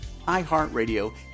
iHeartRadio